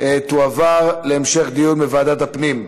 יועבר להמשך דיון בוועדת הפנים.